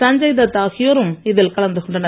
சஞ்சய் தத் ஆகியோரும் இதில் கலந்து கொண்டனர்